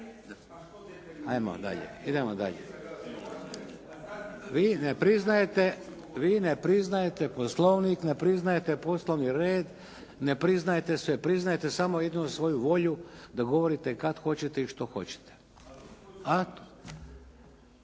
ne čuje./… Idemo dalje. Vi ne priznajete poslovnik, ne priznajete poslovni red, ne priznajete sve. Priznajete jedino samo svoju volju da govorite kad hoćete i što hoćete.